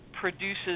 produces